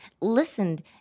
listened